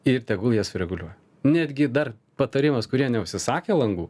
ir tegul jie sureguliuoja netgi dar patarimas kurie neužsisakę langų